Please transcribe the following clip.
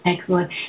Excellent